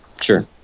Sure